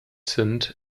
sind